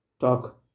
talk